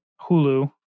Hulu